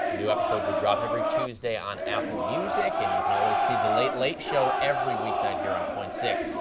new episodes will drop every tuesday on apple music. and you can always see the late late show every weeknight here on koin six,